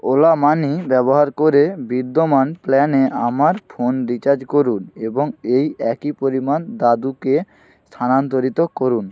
OLA money ব্যবহার করে বিদ্যমান প্ল্যানে আমার ফোন রিচার্জ করুন এবং এই একই পরিমাণ দাদুকে স্থানান্তরিত করুন